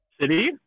City